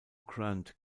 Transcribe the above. grant